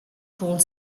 called